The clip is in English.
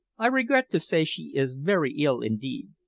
i regret to say she is very ill indeed.